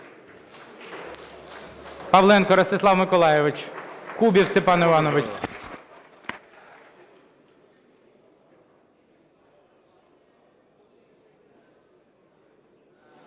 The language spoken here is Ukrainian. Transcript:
Павленко Ростислав Миколайович. Кубів Степан Іванович.